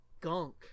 gunk